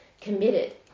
committed